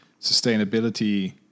sustainability